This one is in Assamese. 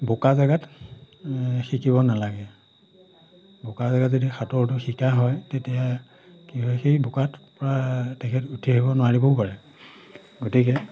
বোকা জেগাত শিকিব নালাগে বোকা জেগাত যদি সাঁতুৰটো শিকা হয় তেতিয়া কি হয় সেই বোকাত পৰা তেখেত উঠি আহিব নোৱাৰিবও পাৰে গতিকে